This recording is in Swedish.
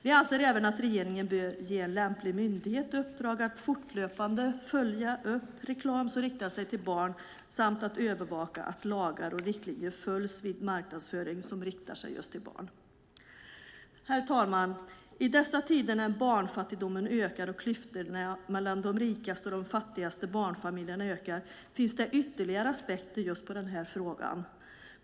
Vi anser även att regeringen bör ge en lämplig myndighet i uppdrag att fortlöpande följa upp reklam som riktar sig till barn samt att övervaka att lagar och riktlinjer följs vid marknadsföring som riktar sig just till barn. Herr talman! I dessa tider när barnfattigdomen ökar och klyftorna mellan de rikaste och de fattigaste barnfamiljerna ökar finns det ytterligare aspekter på just denna fråga.